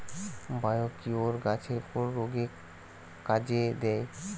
Biocure গাছের কোন রোগে কাজেদেয়?